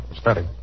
study